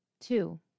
Two